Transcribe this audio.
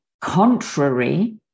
contrary